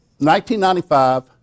1995